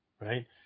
right